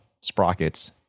sprockets